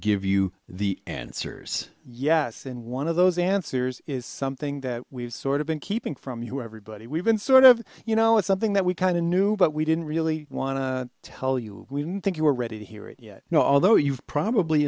give you the answers yes and one of those answers is something that we've sort of been keeping from you everybody we've been sort of you know it's something that we kind of knew but we didn't really want to tell you we didn't think you were ready to hear it yet now although you've probably